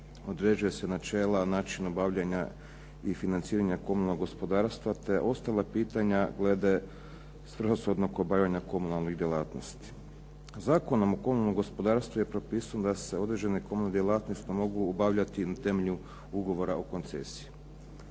određuju se načela, način obavljanja i financiranja komunalnog gospodarstva te ostala pitanja glede svrsishodnog obavljanja komunalnih djelatnosti. Zakonom o komunalnom gospodarstvu je propisano da se određene komunalne djelatnosti mogu obavljati na temelju ugovora o koncesiji.